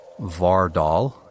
Vardal